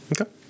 Okay